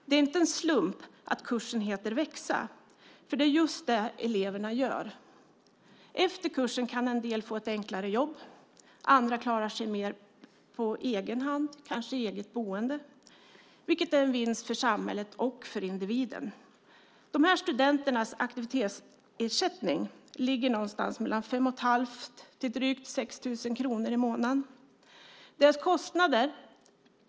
Det är inte en slump att kursen heter Växa, för det är just det eleverna gör. Efter kursen kan en del få ett enklare jobb. Andra klarar sig mer på egen hand, kanske i eget boende, vilket är en vinst för både samhället och individen. Dessa studenters aktivitetsersättning ligger mellan 5 500 och drygt 6 000 kronor i månaden.